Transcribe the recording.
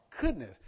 goodness